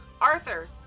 Arthur